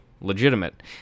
legitimate